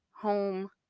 home